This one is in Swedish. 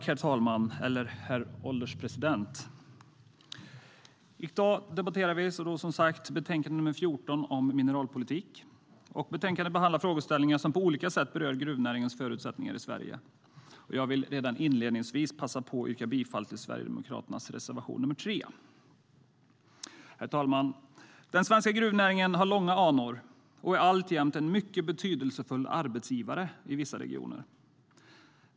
Herr ålderspresident! I dag debatterar vi betänkande nr 14 om mineralpolitik. Betänkandet behandlar frågeställningar som på olika sätt berör gruvnäringens förutsättningar i Sverige. Jag yrkar inledningsvis bifall till Sverigedemokraternas reservation, nr 3. Herr ålderspresident! Den svenska gruvnäringen har långa anor och är alltjämt en mycket betydelsefull arbetsgivare i vissa regioner.